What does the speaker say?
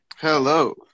Hello